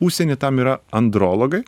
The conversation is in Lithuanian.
užsieny tam yra andrologai